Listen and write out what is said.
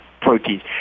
proteins